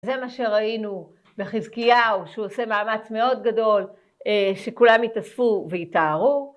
זה מה שראינו בחזקיהו שהוא עושה מאמץ מאוד גדול שכולם יתאספו ויתארו